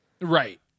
Right